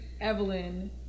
Evelyn